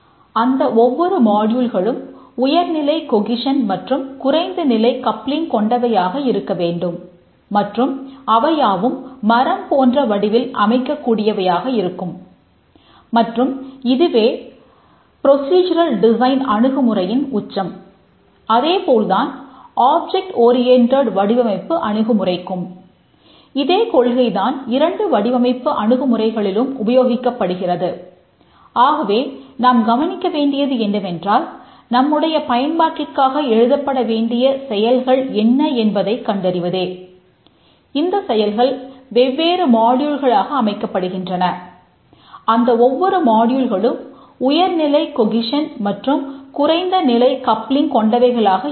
அந்த ஒவ்வொரு மாடியூல்களும் கொண்டவைகளாக இருக்க வேண்டும்